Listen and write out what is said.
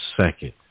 second